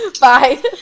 bye